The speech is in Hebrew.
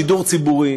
שידור ציבורי,